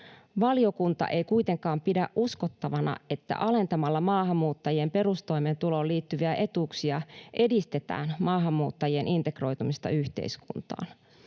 ”Valiokunta ei kuitenkaan pidä uskottavana, että alentamalla maahanmuuttajien perustoimeentuloon liittyviä etuuksia edistetään maahanmuuttajien integroitumista yhteiskuntaan.